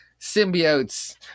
symbiotes